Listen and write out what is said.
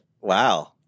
wow